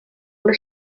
una